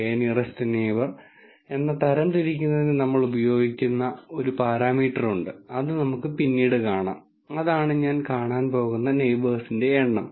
K nearest neighbour എന്ന തരംതിരിക്കുന്നതിന് നമ്മൾ ഉപയോഗിക്കുന്ന ഒരു പാരാമീറ്റർ ഉണ്ട് അത് നമുക്ക് പിന്നീട് കാണാം അതാണ് ഞാൻ കാണാൻ പോകുന്ന നെയിബേഴ്സിന്റെ എണ്ണം